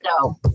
no